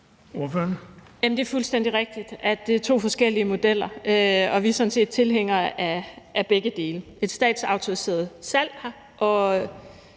det er fuldstændig rigtigt, at det er to forskellige modeller, og vi er sådan set tilhængere af begge dele: et statsautoriseret salg af